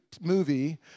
movie